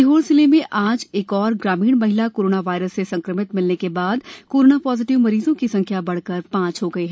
सीहोर जिले में आज एक और ग्रामीण महिला कोरोना वायरस से संक्रमित मिलने के बाद कोरोना पॉजिटिव मरीजों की संख्या बढ़कर पांच हो गयी